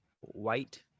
White